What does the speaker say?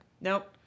Nope